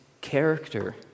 character